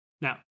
Now